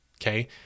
okay